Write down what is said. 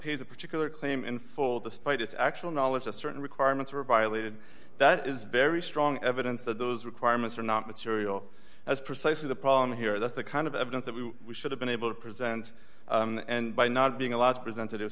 pays a particular claim in full despite its actual knowledge a certain requirements were violated that is very strong evidence that those requirements are not material that's precisely the problem here that the kind of evidence that we should have been able to present and by not being allowed presented is